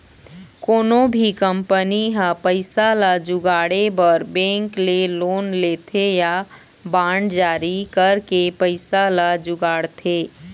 कोनो भी कंपनी ह पइसा ल जुगाड़े बर बेंक ले लोन लेथे या बांड जारी करके पइसा जुगाड़थे